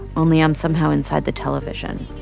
only i'm somehow inside the television.